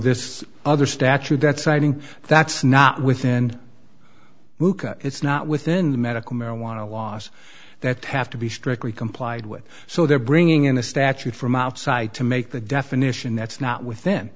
this other statute that's citing that's not within muka it's not within the medical marijuana laws that have to be strictly complied with so they're bringing in a statute from outside to make the definition that's not within